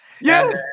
Yes